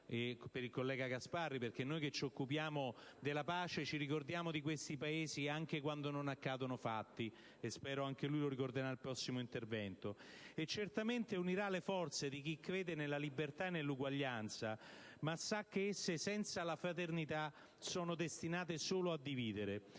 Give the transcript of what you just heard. e la Cina; perché noi che ci occupiamo della pace ci ricordiamo di questi Paesi anche quando non accadono fatti specifici. Spero che anche lui lo ricorderà nel suo prossimo intervento. E certamente questo legame unirà le forze di chi crede nella libertà e nell'uguaglianza ma sa che esse, senza la fraternità, sono destinate solo a dividere.